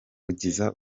kugeza